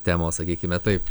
temos sakykime taip